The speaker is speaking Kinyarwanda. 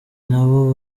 nabo